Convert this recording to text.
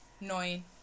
Nine